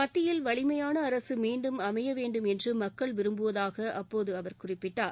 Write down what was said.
மத்தியில் வலிமையான அரசு மீண்டும் அமைய வேண்டும் என்று மக்கள் விரும்புவதாக அப்போது அவர் குறிப்பிட்டார்